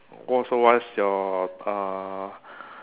oh so what's your uh